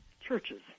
Churches